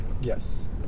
Yes